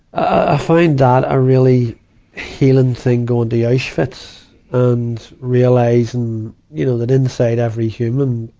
ah find that a really healing thing, going to auschwitz and realizing, and you know, that inside every human,